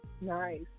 Nice